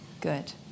good